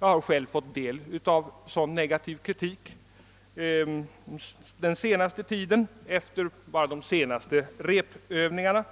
Jag har själv fått ta del av sådan negativ kritik efter de senaste repövningarna.